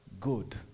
good